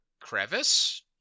crevice